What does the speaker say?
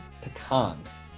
pecans